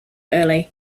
early